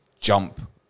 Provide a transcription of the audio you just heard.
Jump